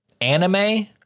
Anime